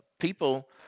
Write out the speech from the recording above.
People